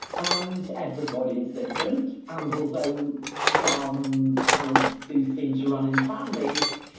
and everybody is different. and although some talents do seem to run in families,